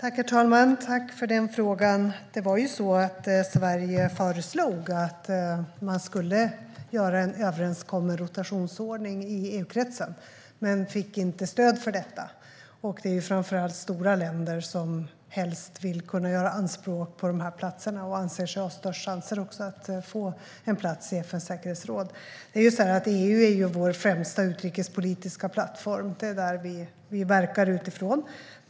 Herr talman! Jag tackar för frågan. Sverige föreslog att man skulle komma överens om en rotationsordning i EU-kretsen, men fick inte stöd för detta. Det är framför allt stora länder som vill kunna göra anspråk på de här platserna, och de anser sig också ha störst chanser att få plats i FN:s säkerhetsråd. EU är vår främsta utrikespolitiska plattform. Det är den vi verkar utifrån.